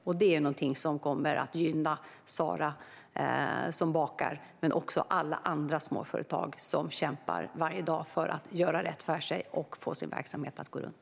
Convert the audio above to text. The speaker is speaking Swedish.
Och det är något som kommer att gynna Sara som bakar, men också alla andra småföretag som kämpar varje dag för att göra rätt för sig och få sina verksamheter att gå runt.